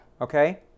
Okay